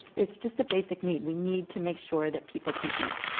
it's just a basic need. we need to make sure that people can eat.